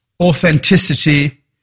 authenticity